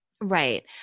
Right